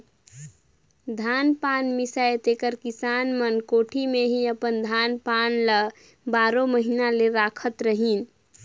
धान पान मिसाए तेकर किसान मन कोठी मे ही अपन धान पान ल बारो महिना ले राखत रहिन